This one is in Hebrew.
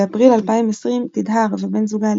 באפריל 2020 תדהר ובן זוגה,